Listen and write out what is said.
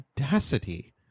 audacity